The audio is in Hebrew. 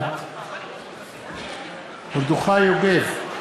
בעד מרדכי יוגב,